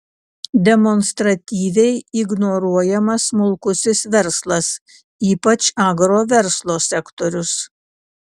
demonstratyviai ignoruojamas smulkusis verslas ypač agroverslo sektorius